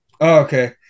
okay